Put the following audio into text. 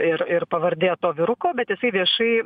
ir ir pavardė to vyruko bet jisai viešai